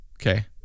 okay